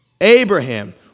Abraham